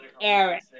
Eric